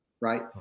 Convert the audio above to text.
Right